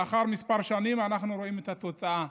לאחר כמה שנים אנחנו רואים את התוצאה,